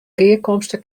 gearkomste